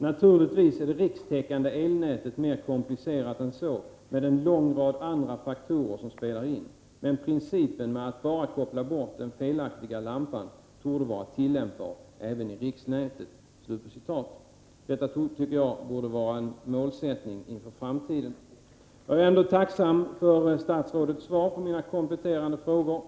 Naturligtvis är det rikstäckande elnätet mer komplicerat än så med en lång rad andra faktorer som spelar in. Men principen med att bara koppla bort den felaktiga lampan torde vara tillämpbar även i riksnätet.” Detta tycker jag borde vara en målsättning inför framtiden. Jag är ändå tacksam för statsrådets svar på mina kompletterande frågor.